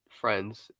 friends